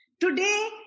Today